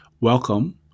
Welcome